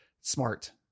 smart